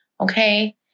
Okay